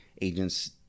agents